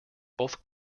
both